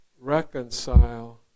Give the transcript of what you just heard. reconcile